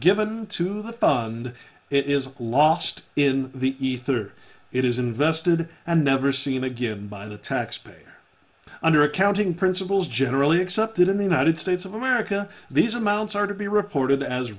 fund it is lost in the ether it is invested and never seen a given by the taxpayer under accounting principles generally accepted in the united states of america these amounts are to be reported as